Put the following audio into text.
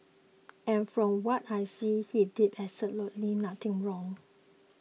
and from what I see he did absolutely nothing wrong